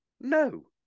No